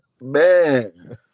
Man